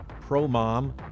Pro-Mom